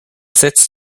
setzt